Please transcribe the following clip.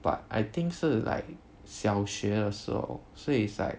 but I think 是 like 小学的时候所以 it's like